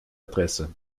adresse